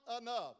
enough